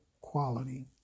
quality